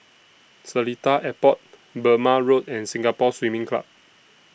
Seletar Airport Burmah Road and Singapore Swimming Club